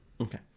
okay